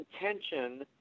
intention